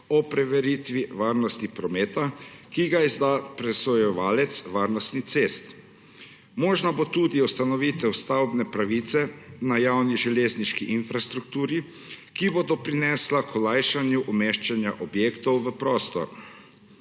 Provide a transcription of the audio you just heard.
o preveritvi varnosti prometa, ki ga izda presojevalec varnosti cest. Možna bo tudi ustanovitev stavbne pravice na javni železniški infrastrukturi, ki bo doprinesla k olajšanju umeščanja objektov v prostor.